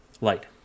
Light